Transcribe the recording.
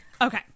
okay